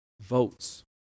votes